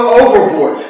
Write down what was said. overboard